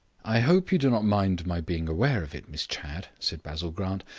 i hope you do not mind my being aware of it, miss chadd, said basil grant,